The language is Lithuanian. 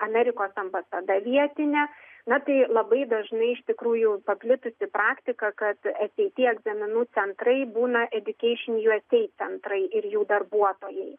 amerikos ambasada vietine na tai labai dažnai iš tikrųjų paplitusi praktika kad es ei ty egzaminų centrai būna edjukeišin es ei ty centrai ir jų darbuotojai